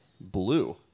blue